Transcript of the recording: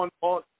On